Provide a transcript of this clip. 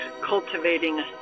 cultivating